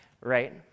right